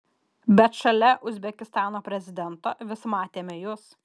bet šalia uzbekistano prezidento vis matėme jus